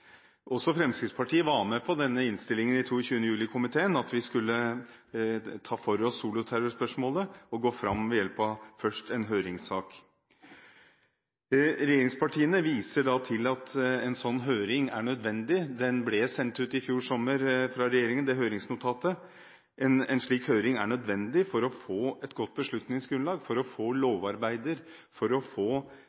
Også Fremskrittspartiet var med på innstillingen fra 22. juli-komiteen, og at vi skulle ta for oss soloterrorspørsmålet og gå fram ved hjelp av først en høringssak. Regjeringspartiene viser til at en høring er nødvendig. Høringsnotatet fra regjeringen ble sendt ut i fjor sommer. En slik høring er nødvendig for å få et godt beslutningsgrunnlag for lovarbeider og for å få